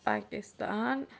Pakistan